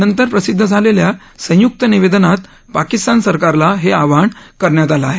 नंतर प्रसिद्ध झालेल्या संयुक्त निवेदनात पाकिस्तान सरकारला हे आवाहन करण्यात आलं आहे